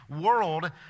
world